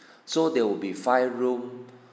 so there will be five room